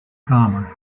kamer